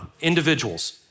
individuals